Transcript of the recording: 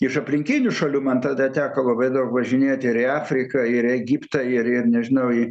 iš aplinkinių šalių man tada teko labai daug važinėti į afriką ir egiptą ir ir nežinau į